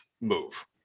move